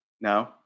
No